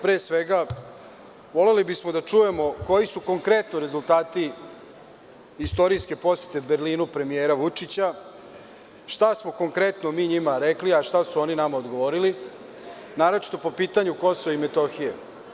Pre svega, voleli bismo da čujemo koji su konkretno rezultati istorijske posete Berlinu premijera Vučića, šta smo konkretno mi njima rekli, a šta su oni nama odgovorili, naročito po pitanju Kosova i Metohije.